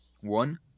one